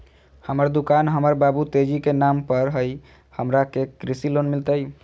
हमर दुकान हमर बाबु तेजी के नाम पर हई, हमरा के कृषि लोन मिलतई?